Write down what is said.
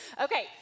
Okay